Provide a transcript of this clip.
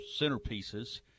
centerpieces